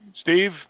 Steve